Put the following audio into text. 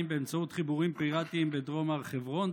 באמצעות חיבורים פיראטיים בדרום הר חברון,